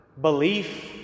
belief